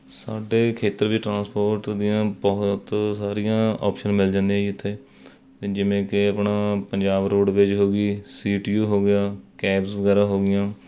ਸਾਡੇ ਖੇਤਰ ਵਿੱਚ ਟਰਾਂਸਪੋਰਟ ਦੀਆਂ ਬਹੁਤ ਸਾਰੀਆਂ ਆਪਸ਼ਨ ਮਿਲ ਜਾਂਦੀਆਂ ਜੀ ਇੱਥੇ ਜਿਵੇਂ ਕਿ ਆਪਣਾ ਪੰਜਾਬ ਰੋਡਵੇਜ ਹੋ ਗਈ ਸੀ ਟੀ ਯੂ ਹੋ ਗਿਆ ਕੈਬਸ ਵਗੈਰਾ ਹੋ ਗਈਆਂ